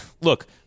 look